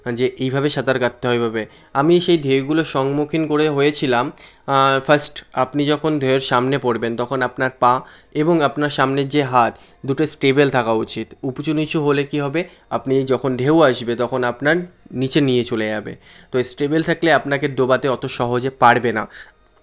যে এইভাবে সাঁতার কাটতে হয় হবে আমি সেই ঢেউগুলো সম্মুখীন করে হয়েছিলাম ফার্স্ট আপনি যখন ঢেউয়ের সামনে পড়বেন তখন আপনার পা এবং আপনার সামনের যে হাত দুটো স্টেবেল থাকা উচিত উপচু নিচু হলে কী হবে আপনি যখন ঢেউ আসবে তখন আপনার নিচে নিয়ে চলে যাবে তো স্টেবেল থাকলে আপনাকে ডোবাতে অতো সহজে পারবে না